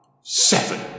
seven